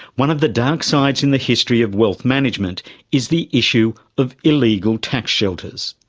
one of the dark sides in the history of wealth management is the issue of illegal tax shelters.